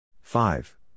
five